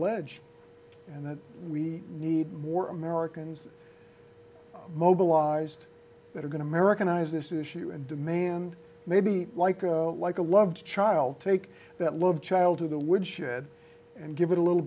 ledge and we need more americans mobilized that are going to americanize this issue and demand maybe like a like a love child take that love child to the woodshed and give it a little